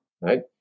right